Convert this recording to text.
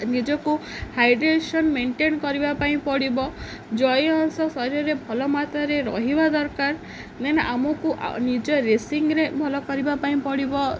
ନିଜକୁ hydration maintain କରିବା ପାଇଁ ପଡ଼ିବ ଜୟ ଅଂଶ ଶରୀରରେ ଭଲ ମାତ୍ରାରେ ରହିବା ଦରକାର ନେ ଆମକୁ ନିଜ ରେସିଂରେ ଭଲ କରିବା ପାଇଁ ପଡ଼ିବ